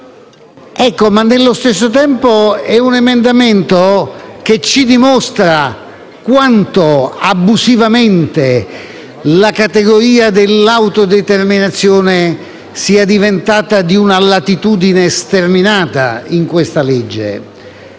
Nello stesso tempo, però, è un emendamento che ci dimostra quanto abusivamente la categoria dell'autodeterminazione sia diventata di una latitudine sterminata nel